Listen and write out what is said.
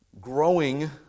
growing